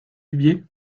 dubié